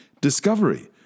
discovery